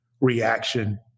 reaction